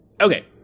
okay